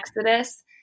Exodus